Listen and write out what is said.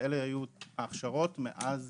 אלה היו ההכשרות מאז